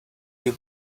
you